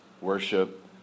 worship